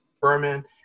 Berman